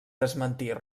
desmentir